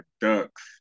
ducks